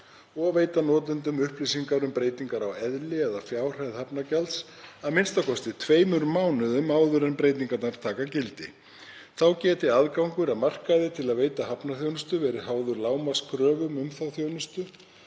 og veita notendum upplýsingar um breytingar á eðli eða fjárhæð hafnargjalds a.m.k. tveimur mánuðum áður en breytingarnar taka gildi. Þá geti aðgangur að markaði til að veita hafnarþjónustu verið háður lágmarkskröfum um þá þjónustu,